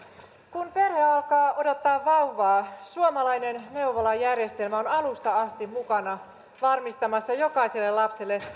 kun perhe alkaa odottaa vauvaa suomalainen neuvolajärjestelmä on alusta asti mukana varmistamassa jokaiselle lapselle